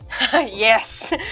Yes